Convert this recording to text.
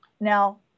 Now